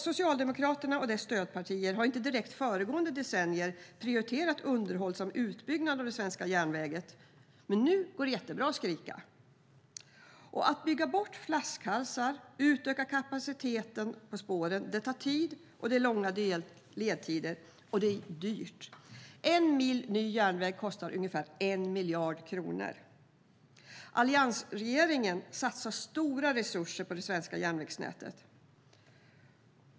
Socialdemokraterna och deras stödpartier har under föregående decennier inte direkt prioriterat underhåll samt utbyggnad av det svenska järnvägsnätet. Men nu går det jättebra att skrika. Att bygga bort flaskhalsar och utöka kapaciteten på spåren tar tid. Det är långa ledtider, och det är dyrt. En mil ny järnväg kostar ungefär 1 miljard kronor. Alliansregeringen satsar stora resurser på det svenska järnvägsnätet.